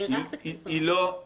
יהיה גם תקציב --- נכון.